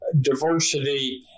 diversity